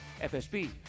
FSB